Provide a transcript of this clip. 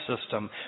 system